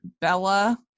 Bella